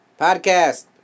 Podcast